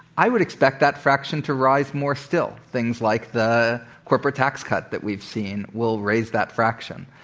i would expect that fraction to rise more still, things like the corporate tax cut that we've seen will raise that fraction.